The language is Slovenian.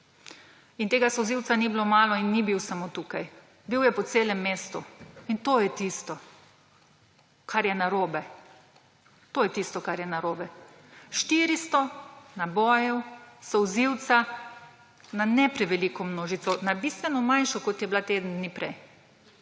Tega solzivca ni bilo malo in ni bil samo tukaj. Bil je po celem mestu. In to je tisto, kar je narobe. To je tisto kar je narobe. 400 nabojev solzivca na ne preveliko množico, na bistveno manjšo, kot je bila teden dni prej,